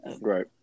right